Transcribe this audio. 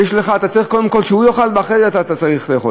אתה צריך קודם כול שהוא יאכל ואחרי זה אתה צריך לאכול.